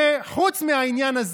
חבר כנסת קרעי,